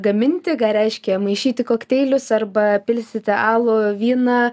gaminti ką reiškia maišyti kokteilius arba pilstyti alų vyną